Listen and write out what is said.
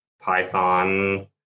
Python